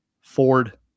Ford